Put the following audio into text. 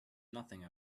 nothing